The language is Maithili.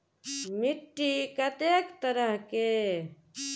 मिट्टी कतेक तरह के?